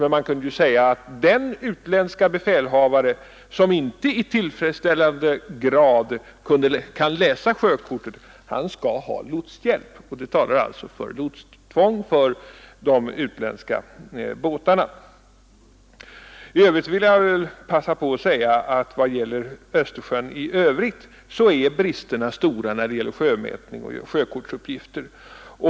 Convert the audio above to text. Men man kunde ju säga att en utländsk befälhavare som inte i tillfredställande grad kan läsa sjökortet, skall ha lotshjälp. Detta talar alltså för lotsplikt för de utländska båtarna. Jag vill också passa på att säga, att vad gäller Östersjön i övrigt är bristerna stora i fråga om sjömätning och sjökortsuppgifter.